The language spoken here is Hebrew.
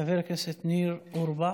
חבר הכנסת ניר אורבך.